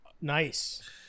Nice